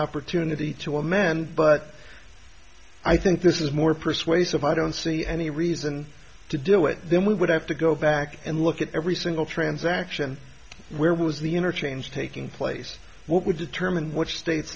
opportunity to amend but i think this is more persuasive i don't see any reason to do it then we would have to go back and look at every single transaction where was the interchange taking place what would determine which state